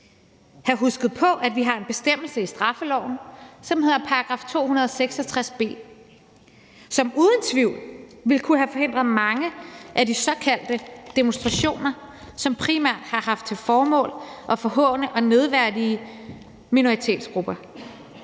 have husket på, at vi har en bestemmelse i straffeloven, som hedder § 266 b, som uden tvivl ville kunne have forhindret mange af de såkaldte demonstrationer, som primært har haft til formål at forhåne og nedværdige minoritetsgrupper.